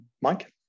Mike